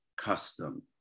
custom